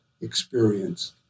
experience